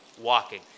walking